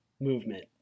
movement